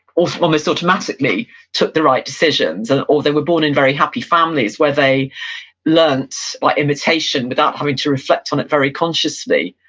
almost automatically took the right decisions, and or they were born in very happy families, where they learnt like imitation without having to reflect on it very consciously,